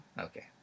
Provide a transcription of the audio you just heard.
Okay